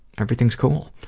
everything's cool.